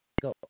go